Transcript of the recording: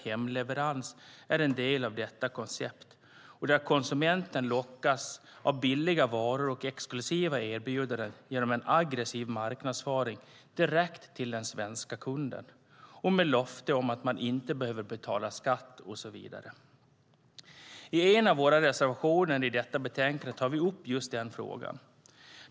Hemleverans är en del av konceptet, och konsumenten lockas av billiga varor och exklusiva erbjudanden genom aggressiv marknadsföring med löften om att man inte behöver betala skatt och så vidare. I en av våra reservationer i detta betänkande tar vi upp just den här frågan.